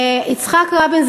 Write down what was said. יצחק רבין,